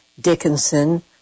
Dickinson